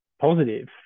positive